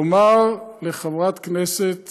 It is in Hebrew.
לומר לחברת כנסת